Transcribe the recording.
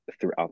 throughout